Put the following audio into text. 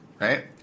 Right